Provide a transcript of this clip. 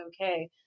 okay